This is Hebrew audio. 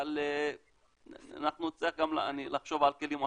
אבל אנחנו נצטרך לחשוב גם על כלים אחרים.